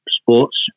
sports